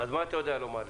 אז מה אתה יודע לומר בנושא?